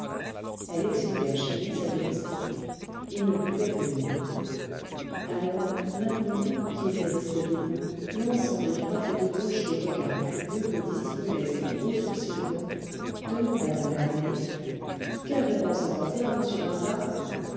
elle expédia chez lui sa domestique il ne pouvait venir alors l'inconnu qui était resté debout lançant de droite et de gauche des regards curieux que dissimulaient ses gros sourcils blonds demanda d'un air naïf quelle réponse apporter à m vinçart